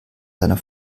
seiner